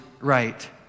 right